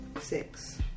six